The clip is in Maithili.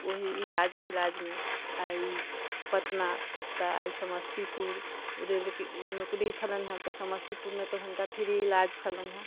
ओही इलाज फिलाजमे आइ पटना तऽ आइ समस्तीपुर रेलके नौकरी छलनि हेँ तऽ समस्तीपुरमे तऽ हुनका फ्री इलाज छलनि हेँ